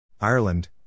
Ireland